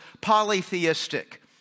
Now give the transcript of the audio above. polytheistic